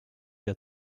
der